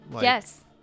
Yes